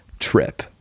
trip